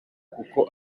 kuko